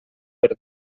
per